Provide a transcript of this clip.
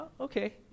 okay